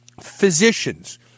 physicians